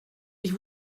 ich